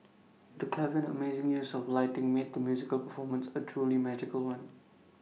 the clever and amazing use of lighting made the musical performance A truly magical one